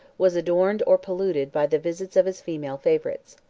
was adorned, or polluted, by the visits of his female favorites.